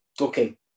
okay